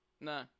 No